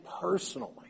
personally